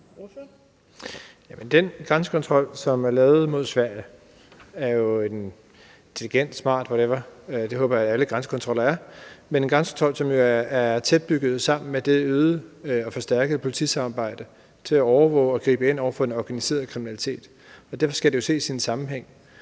den grænsekontrol, som er lavet mod Sverige, er jo intelligent, smart, whatever, og det håber jeg at alle grænsekontroller er. Det er jo en grænsekontrol, som er bygget tæt sammen med det øgede og forstærkede politisamarbejde til at overvåge og gribe ind over for den organiserede kriminalitet, og derfor skal det ses i en sammenhæng.